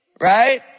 Right